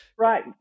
Right